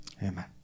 amen